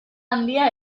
handia